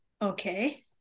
Okay